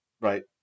right